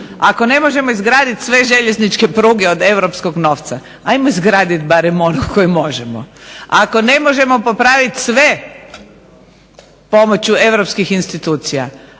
Ako ne možemo izgraditi sve željezničke pruge od europskog novca, ajmo izgraditi barem one koje možemo, ako ne možemo popraviti sve pomoću Europskih institucija